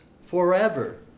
forever